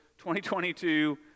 2022